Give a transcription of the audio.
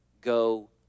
Go